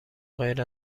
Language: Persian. غیر